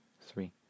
three